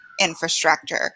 infrastructure